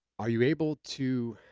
are you able to.